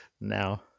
now